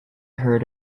heard